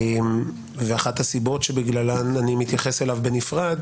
אחת הסיבות שבגללן אני מתייחס אליו בנפרד,